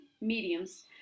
mediums